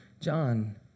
John